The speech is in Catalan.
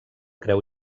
creu